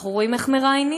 אנחנו רואים איך מראיינים,